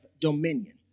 dominion